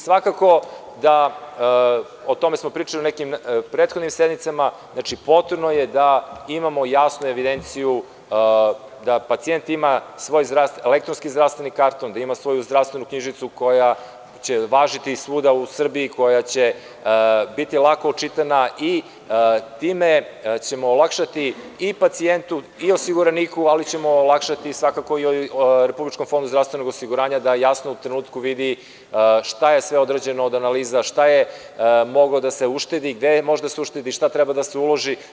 Svakako da i o tome smo pričali u nekim prethodnim sednicama, znači, potrebno je da imamo jasnu evidenciju da pacijent ima svoj elektronski zdravstveni karton, da ima svoju zdravstvenu knjižicu koja će važiti svuda u Srbiji, koja će biti lako očitana i time ćemo olakšati i pacijentu i osiguraniku, ali ćemo olakšati, svakako i RFZO da jasno u trenutku vidi šta je sve određeno od analiza, šta je moglo da se uštedi, gde može da se uštedi, šta treba da se uloži.